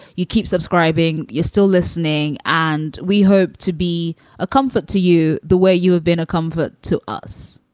you keep subscribing, you're still listening and we hope to be a comfort to you the way you have been, a comfort to us